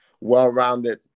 well-rounded